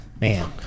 Man